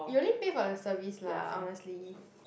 you only pay for the service lah honestly